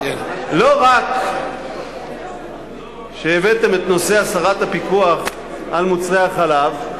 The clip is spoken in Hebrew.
לא רק שהבאתם את נושא הסרת הפיקוח על מוצרי החלב,